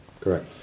correct